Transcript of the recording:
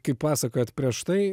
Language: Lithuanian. kai pasakojot prieš tai